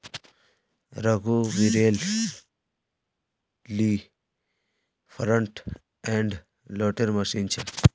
रघुवीरेल ली front end loader machine छेक